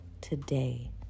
today